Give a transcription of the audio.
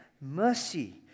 mercy